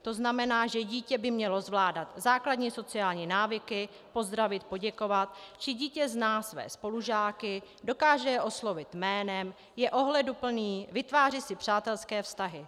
To znamená, že dítě by mělo zvládat základní sociální návyky, pozdravit, poděkovat, zda dítě zná své spolužáky, dokáže je oslovit jménem, je ohleduplné, vytváří si přátelské vztahy.